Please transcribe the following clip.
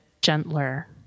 gentler